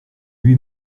lui